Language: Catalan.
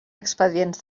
expedients